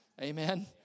Amen